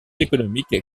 économique